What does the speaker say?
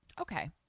Okay